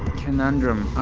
conundrum.